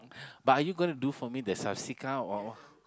but are you gonna do for me the Supsica or